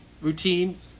routine